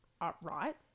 upright